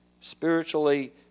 spiritually